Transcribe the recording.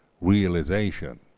realization